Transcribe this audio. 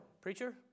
Preacher